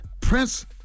Prince